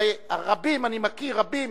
הרי אני מכיר רבים